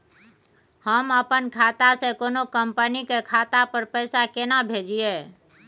हम अपन खाता से कोनो कंपनी के खाता पर पैसा केना भेजिए?